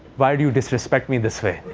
why do you disrespect me this way?